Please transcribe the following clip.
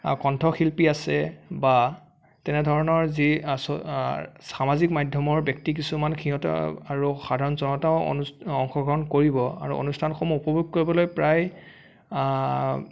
কণ্ঠশিল্পী আছে বা তেনে ধৰণৰ যি সামাজিক মাধ্যমৰ ব্যক্তি কিছুমান সিহঁতে আৰু সাধাৰণ জনতাও অংশগ্ৰহণ কৰিব আৰু অনুষ্ঠানসমূহ উপভোগ কৰিবলৈ প্ৰায়